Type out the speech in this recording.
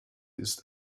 ist